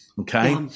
okay